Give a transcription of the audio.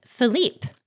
Philippe